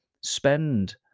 spend